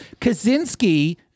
Kaczynski